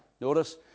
Notice